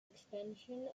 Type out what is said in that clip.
extension